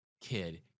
kid